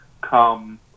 come